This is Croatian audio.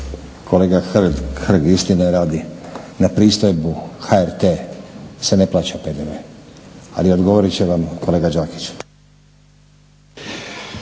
Kolega Hrg, istine radi na pristojbu HRT se ne plaća PDV ali odgovorit će vam kolega Đakić.